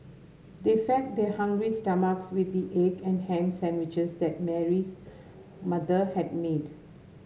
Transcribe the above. they fed their hungry stomachs with the egg and ham sandwiches that Mary's mother had made